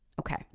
Okay